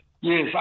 Yes